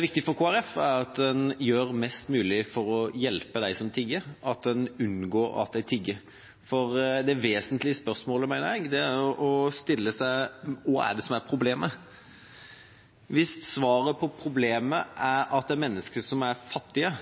viktig for Kristelig Folkeparti, er at en gjør mest mulig for å hjelpe dem som tigger – at en unngår at de tigger. Det vesentlige spørsmålet å stille seg, mener jeg, er hva det er som er problemet. Hvis svaret på hva som er problemet, er at det er mennesker som er fattige,